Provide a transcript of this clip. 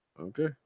Okay